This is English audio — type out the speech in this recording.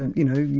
and you know,